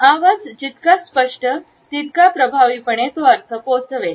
आवाज जितका स्पष्ट तितका प्रभावीपणे तो अर्थ पोहोचवेल